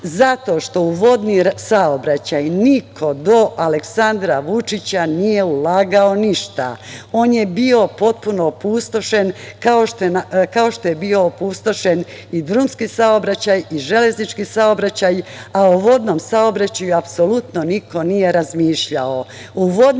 Zato što u vodni saobraćaj niko do Aleksandra Vučića nije ulagao ništa. On je bio potpuno opustošen, kao što je bio opustošen i drumski saobraćaj i železnički saobraćaj, a o vodnom saobraćaju apsolutno niko nije razmišljao.U